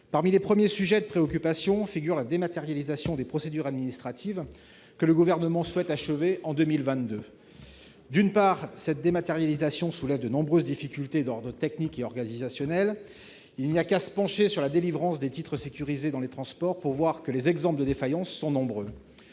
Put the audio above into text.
Parmi les premiers sujets de préoccupation figure la dématérialisation des procédures administratives, que le Gouvernement souhaite achever en 2022. D'une part, cette dématérialisation soulève de nombreuses difficultés d'ordre technique et organisationnel : il suffit de se pencher sur la délivrance des titres sécurisés dans les transports pour voir que les exemples de défaillances sont nombreux.